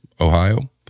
Ohio